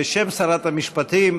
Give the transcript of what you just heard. בשם שרת המשפטים,